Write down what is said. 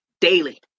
daily